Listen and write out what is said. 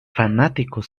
fanáticos